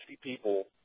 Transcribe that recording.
people